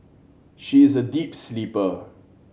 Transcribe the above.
she is a deep sleeper